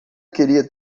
queria